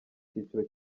cyiciro